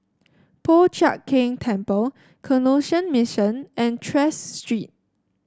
Po Chiak Keng Temple Canossian Mission and Tras Street